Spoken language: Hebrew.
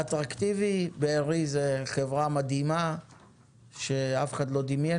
בארי זו חברה מדהימה שאף אחד לא דמיין